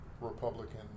Republican